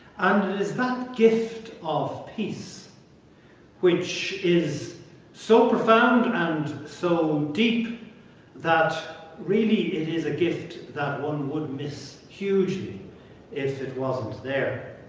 um it it is that gift of peace which is so profound and so deep that really it is a gift that one would miss hugely if it wasn't there.